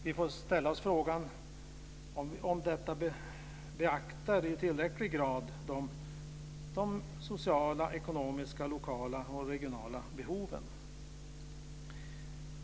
Vi får ställa oss frågan om betänkandet i tillräcklig grad beaktar de sociala, ekonomiska, lokala och regionala behoven.